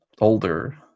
older